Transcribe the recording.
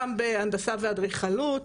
גם בהנדסה ואדריכלות,